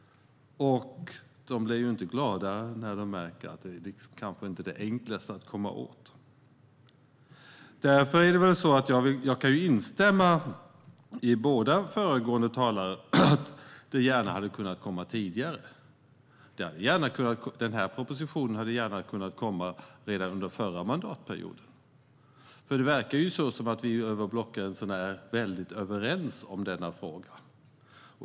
Och de blir inte gladare när de märker att det inte är det enklaste att komma åt. Jag instämmer med de båda föregående talarna i fråga om att förslaget gärna hade fått komma tidigare. Den här propositionen hade gärna kunnat komma redan under förra mandatperioden. Det verkar ju vara så att vi över blockgränserna är överens i denna fråga.